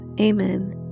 Amen